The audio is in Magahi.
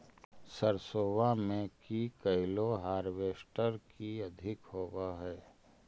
सरसोबा मे की कैलो हारबेसटर की अधिक होब है?